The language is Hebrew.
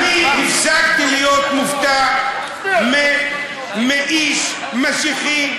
אני הפסקתי להיות מופתע מאיש משיחי,